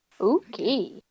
Okay